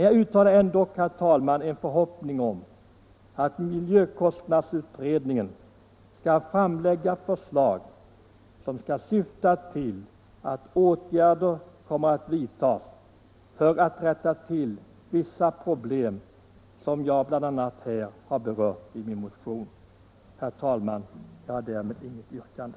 Jag uttalar ändå, herr talman, en förhoppning om att miljökostnadsutredningen skall framlägga förslag om åtgärder i syfte att rätta till vissa problem som jag bl.a. har berört i min motion. Herr talman! Jag har därmed inget yrkande.